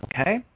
okay